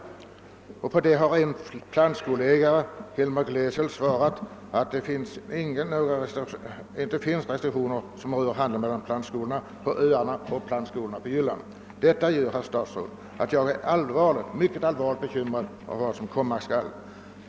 På den frågan har plantskoleägaren Hilmer Glesel svarat att det inte finns några restriktioner som rör handeln mellan plantskolorna på öarna och plantskolorna på Jylland. Detta gör, herr statsråd, att jag är mycket allvarligt bekymrad över vad som komma skall.